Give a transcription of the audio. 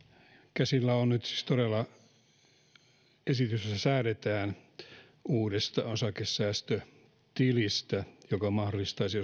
käsillä on nyt siis todella esitys jossa säädetään uudesta osakesäästötilistä joka mahdollistaisi